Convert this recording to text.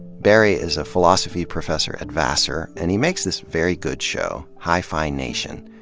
barry is a philosophy professor at vassar, and he makes this very good show, hi-phi nation.